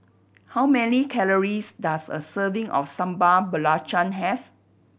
how many calories does a serving of Sambal Belacan have